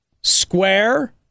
Square